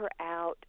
out